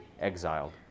exiled